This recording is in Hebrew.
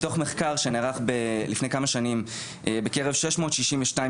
מתוך מחקר שנערך לפני כמה שנים בקרב שש מאות ששים ושניים